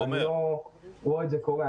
אני לא רואה את זה קורה.